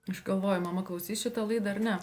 aš galvoju mama klausys šitą laidą ar ne